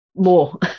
More